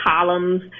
columns